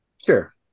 Sure